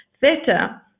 Theta